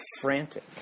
frantic